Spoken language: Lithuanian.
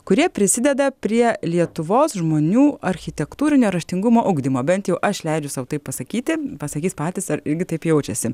kurie prisideda prie lietuvos žmonių architektūrinio raštingumo ugdymo bent jau aš leidžiu sau pasakyti pasakys patys ar irgi taip jaučiasi